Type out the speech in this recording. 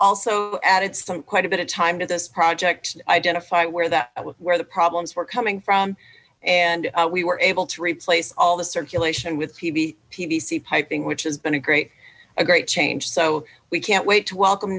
also added some quite a bit of time to this project idetify where that where the problems were coming from and we were able to replace all the circulation with peavey pdc piping which has been a great a great change so we can't wait to welcome